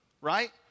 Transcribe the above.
right